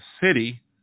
city